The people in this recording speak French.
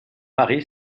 mari